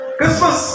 Christmas